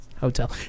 Hotel